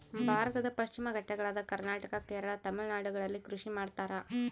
ಭಾರತದ ಪಶ್ಚಿಮ ಘಟ್ಟಗಳಾದ ಕರ್ನಾಟಕ, ಕೇರಳ, ತಮಿಳುನಾಡುಗಳಲ್ಲಿ ಕೃಷಿ ಮಾಡ್ತಾರ?